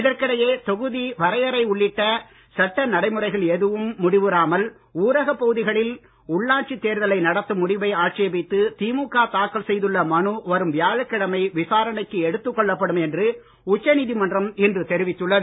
இதற்கிடையே தொகுதி வரையறை உள்ளிட்ட சட்ட நடைமுறைகள் எதுவும் முடிவுறாமல் ஊரகப் பகுதிகளில் உள்ளாட்சித் தேர்தலை நடத்தும் முடிவை ஆட்சேபித்து திமுக தாக்கல் செய்துள்ள மனு வரும் வியாழக்கிழமை விசாரணைக்கு எடுத்துக்கொள்ளப் படும் என்று உச்ச நீதிமன்றம் இன்று தெரிவித்துள்ளது